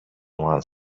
one